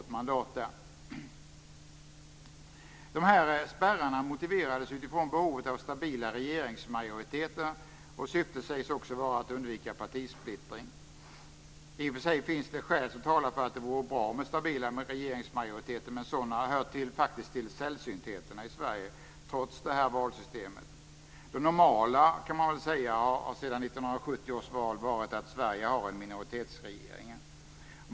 Dessa mandatfördelningsspärrar brukar motiveras utifrån behovet av stabila regeringsmajoriteter. Syftet sägs också vara att undvika partisplittring. I och för sig finns det skäl som talar för att det vore bra med stabila regeringsmajoriteter, men sådana hör faktiskt till sällsyntheterna i Sverige, trots det beskrivna valsystemet. Det normala har alltsedan 1970 års val varit att Sverige har en minoritetsregering.